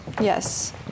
Yes